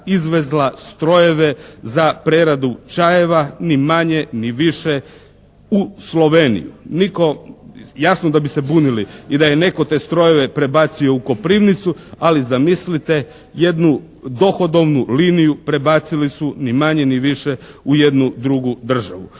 izvezla strojeve za preradu čajeva ni manje, ni više u Sloveniju. Nitko, jasno da bi se bunili i da je netko te strojeve prebacio u Koprivnicu ali zamislite jednu dohodovnu liniju prebacili su ni manje ni više u jednu drugu državu.